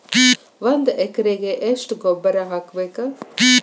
ಒಂದ್ ಎಕರೆಗೆ ಎಷ್ಟ ಗೊಬ್ಬರ ಹಾಕ್ಬೇಕ್?